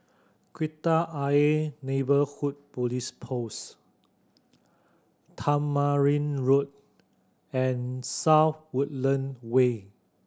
Kreta Ayer Neighbourhood Police Post Tamarind Road and South Woodland Way